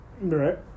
Right